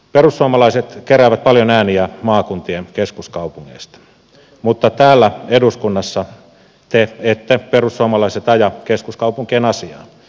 perussuomalaiset keräävät paljon ääniä maakuntien keskuskaupungeista mutta täällä eduskunnassa te perussuomalaiset ette aja keskuskaupunkien asiaa